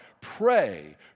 Pray